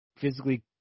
physically